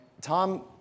Tom